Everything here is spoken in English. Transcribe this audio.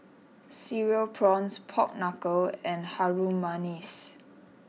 Cereal Prawns Pork Knuckle and Harum Manis